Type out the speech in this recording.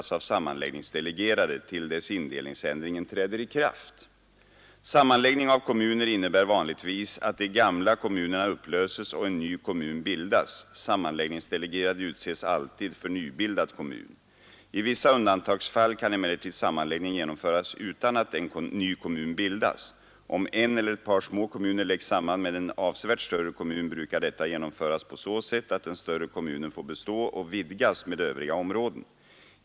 Sammanläggning av kommuner innebär vanligtvis att de gamla kommunerna upplöses och en ny kommun bildas. Sammanläggningsdelegerade utses alltid för nybildad kommun. I vissa undantagsfall kan emellertid sammanläggning genomföras utan att ny kommun bildas. Om en eller ett par små kommuner läggs samman med en avsevärt större kommun brukar detta genomföras på så sätt att den större kommunen får bestå och vidgas med övriga områden.